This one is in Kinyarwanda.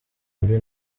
mbi